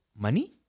Money